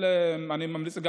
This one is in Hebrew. אני ממליץ גם